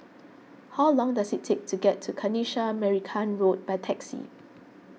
how long does it take to get to Kanisha Marican Road by taxi